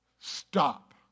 Stop